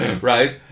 right